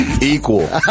equal